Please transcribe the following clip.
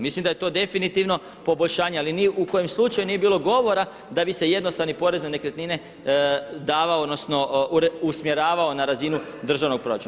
Mislim da je to definitivno poboljšanje, ali ni u kojem slučaju nije bilo govora da bi se jednostavni porez na nekretnine davao odnosno usmjeravao na razinu državnog proračuna.